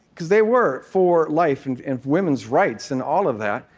because they were for life and and women's rights and all of that.